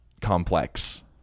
complex